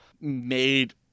made